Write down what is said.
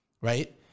right